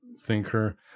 thinker